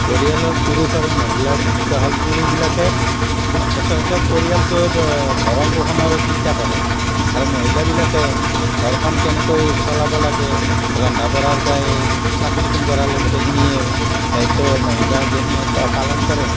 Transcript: পৰিয়ালৰ পুৰুষ আৰু মহিলাৰ ভূমিকা হ'ল পুৰুষবিলাকে সচৰাচৰ পৰিয়ালটোৰ ভৰণ পোষণৰ চিন্তা কৰে আৰু মহিলাবিলাকে ঘৰখন কেনেকৈ চলাব লাগে ৰন্ধা বঢ়াৰ পৰা চাফ চিকুণ কৰালৈ গোটেইখিনি দায়িত্ব মহিলাজনীয়ে প পালন কৰে